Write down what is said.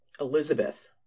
Elizabeth